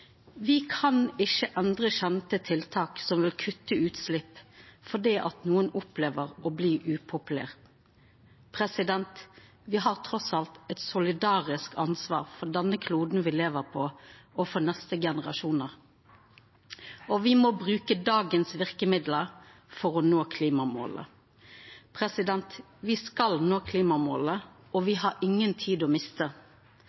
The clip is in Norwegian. kan ikkje endra kjende tiltak som vil kutta utslepp, fordi nokon opplever å bli upopulære. Me har trass i alt eit solidarisk ansvar for denne kloden me lever på, og for dei neste generasjonane. Me må bruka dagens verkemidlar for å nå klimamåla. Me skal nå klimamåla, og